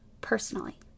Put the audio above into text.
personally